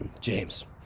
James